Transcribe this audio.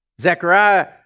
Zechariah